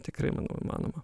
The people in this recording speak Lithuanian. tikrai manau įmanoma